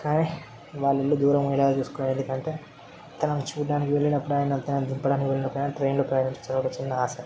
కానీ వాళ్ళ ఇల్లు దూరం ఎలా చేసుకోవాలి అంటే తనని చూడడానికి వెళ్ళినప్పుడైనా తనని దింపడానికి వెళ్ళినప్పుడైనా ట్రైన్లో ప్రయాణించ వచ్చని చిన్న ఆశ